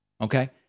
Okay